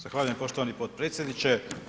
Zahvaljujem poštovani potpredsjedniče.